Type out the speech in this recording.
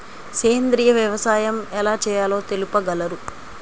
సేంద్రీయ వ్యవసాయం ఎలా చేయాలో తెలుపగలరు?